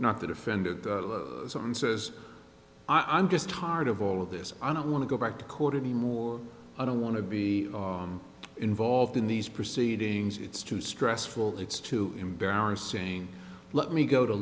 not that offended someone says i'm just tired of all of this i don't want to go back to court or the more i don't want to be involved in these proceedings it's too stressful it's too embarrassing let me go to